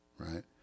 Right